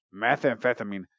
Methamphetamine